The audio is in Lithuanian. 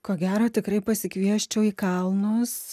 ko gero tikrai pasikviesčiau į kalnus